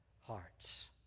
hearts